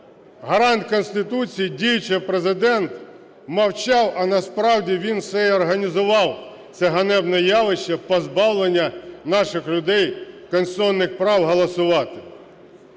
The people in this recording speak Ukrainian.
гарант Конституції, діючий Президент, мовчав, а насправді він і організував це ганебне явище – позбавлення наших людей конституційних прав голосувати.